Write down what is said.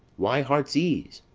why heart's ease,